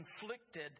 inflicted